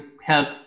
help